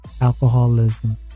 alcoholism